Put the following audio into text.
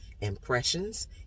impressions